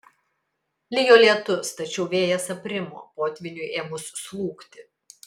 lijo lietus tačiau vėjas aprimo potvyniui ėmus slūgti